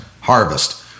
harvest